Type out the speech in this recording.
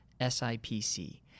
SIPC